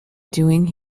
doing